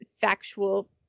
factual